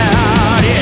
out